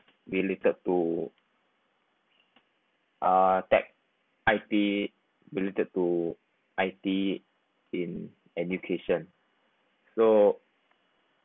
related to uh tech I_T related to I_T in education so